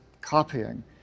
copying